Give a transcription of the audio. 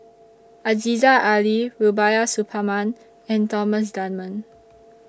Aziza Ali Rubiah Suparman and Thomas Dunman